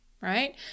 right